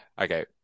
Okay